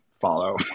follow